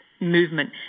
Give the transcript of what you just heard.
movement